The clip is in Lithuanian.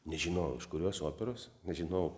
nežinojau iš kuriuos operos nežinojau